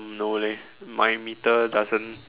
no leh my meter doesn't